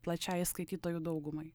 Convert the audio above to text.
plačiajai skaitytojų daugumai